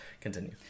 continue